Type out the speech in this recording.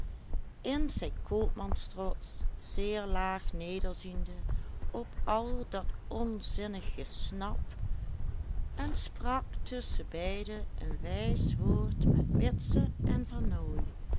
in zijn koopmanstrots zeer laag nederziende op al dat onzinnig gesnap en sprak tusschenbeiden een wijs woord met witse en vernooy